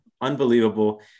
unbelievable